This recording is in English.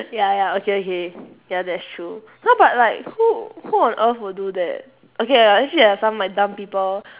ya ya okay okay ya that's true !huh! but like who who on earth would do that okay ya actually there's some like dumb people